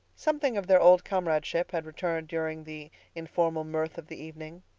something of their old comradeship had returned during the informal mirth of the evening.